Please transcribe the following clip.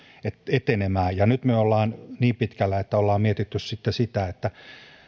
etenemään ja nyt me olemme niin pitkällä että olemme miettineet sitten sitä että